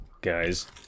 Guys